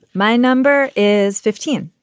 my number is fifteen.